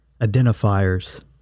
identifiers—